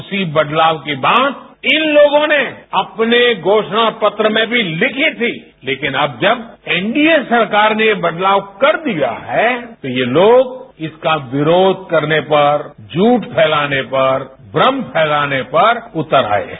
उसी बदलाव के बाद इन लोगों ने अपने घोषणा पत्र में भी लिखी थी लेकिन अब जब एनडीए सरकार ने ये बदलाव कर दिया है तो ये लोग इसका विरोध करने पर झूठ फैलाने पर भ्रम फैलाने पर उतर आए हैं